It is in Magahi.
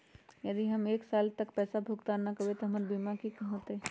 यदि हम एक साल तक पैसा भुगतान न कवै त हमर बीमा के की होतै?